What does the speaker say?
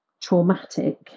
traumatic